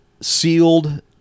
sealed